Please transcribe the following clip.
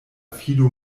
fido